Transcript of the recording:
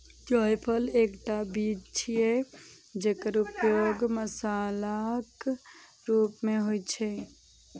जायफल एकटा बीज छियै, जेकर उपयोग मसालाक रूप मे होइ छै